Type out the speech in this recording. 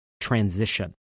transition